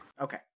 Okay